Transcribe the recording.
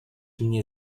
mnie